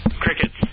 Crickets